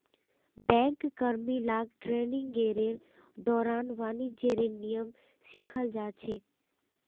bank कर्मि ला ट्रेनिंगेर दौरान वाणिज्येर नियम सिखाल जा छेक